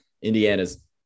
Indiana's